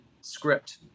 script